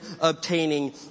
obtaining